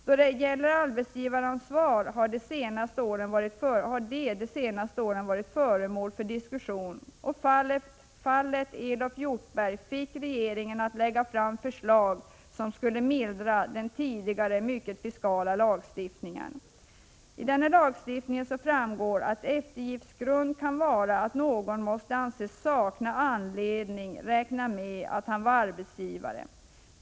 Jag yrkar här bifall till reservation 18. Frågan om arbetsgivaransvar har de senaste åren varit föremål för diskussion. Fallet Elof Hjortberg fick regeringen att lägga fram förslag som skulle mildra den tidigare mycket fiskala lagstiftningen. Av denna lagstiftning framgår att eftergiftsgrund kan vara att någon måste anses ha saknat anledning räkna med att han var arbetsgivare.